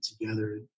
together